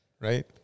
Right